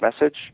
message